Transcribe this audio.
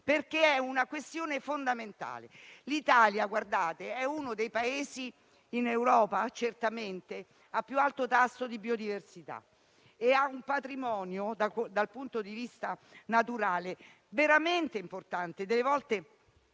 perché è una questione fondamentale. L'Italia è uno dei Paesi in Europa a più alto tasso di biodiversità e ha un patrimonio, dal punto di vista naturale, veramente importante. Se leggessimo